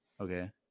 Okay